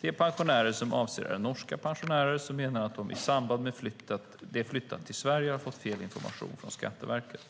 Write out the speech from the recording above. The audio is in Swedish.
De pensionärer som avses är norska pensionärer som menar att de i samband med att de flyttat till Sverige har fått fel information från Skatteverket.